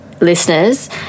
listeners